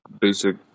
basic